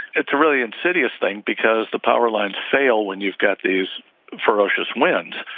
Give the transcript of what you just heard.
it's really insidious thing because the power lines fail when you've got these ferocious winds.